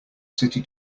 city